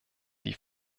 die